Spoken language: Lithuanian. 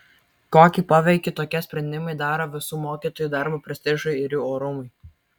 kokį poveikį tokie sprendimai daro visų mokytojų darbo prestižui ir jų orumui